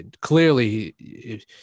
Clearly